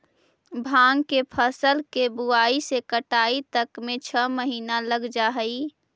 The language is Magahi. भाँग के फसल के बुआई से कटाई तक में छः महीना लग जा हइ